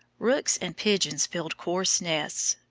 rooks and pigeons build coarse nests.